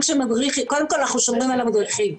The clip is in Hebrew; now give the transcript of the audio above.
קודם כל אנחנו שומרים על המדריכים.